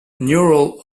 neural